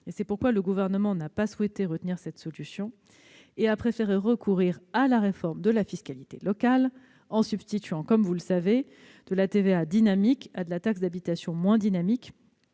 C'est pourquoi le Gouvernement n'a pas souhaité retenir cette solution et a préféré recourir à la réforme de la fiscalité locale, en substituant, comme vous le savez, de la TVA dynamique à de la taxe d'habitation moins dynamique,